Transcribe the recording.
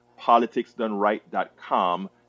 politicsdoneright.com